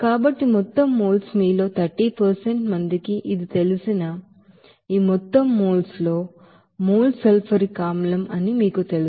కాబట్టి మొత్తం మోల్స్ మీలో 30 మందికి ఇది తెలిసిన ఈ మొత్తం మోల్స్ లో మోల్స్ సల్ఫ్యూరిక్ ಆಸಿಡ್ అని మీకు తెలుసు